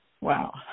Wow